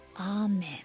Amen